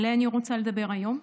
שעליה אני רוצה לדבר היום,